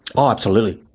ah absolutely.